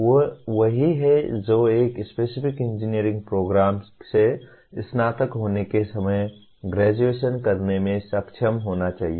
वे वही हैं जो एक स्पेसिफिक इंजीनियरिंग प्रोग्राम से स्नातक होने के समय ग्रेजुएशन करने में सक्षम होना चाहिए